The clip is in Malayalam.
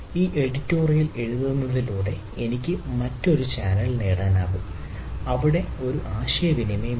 ഈ എഡിറ്ററിൽ എഴുതുന്നതിലൂടെ എനിക്ക് മറ്റൊരു ചാനൽ നേടാനാകുംഒപ്പം ഇവിടെ ഒരു ആശയവിനിമയം ഉണ്ട്